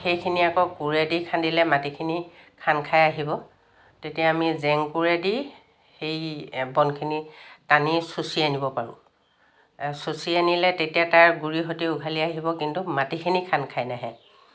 সেইখিনি আকৌ কোৰেদি খান্দিলে মাটিখিনি খান্দ খায় আহিব তেতিয়া আমি জেংকোৰেদি সেই বনখিনি টানি চুঁচি আনিব পাৰোঁ চুঁচি আনিলে তেতিয়া তাৰ গুড়ি সতি উঘালি আহিব কিন্তু মাটিখিনি খান্দ খাই নাহে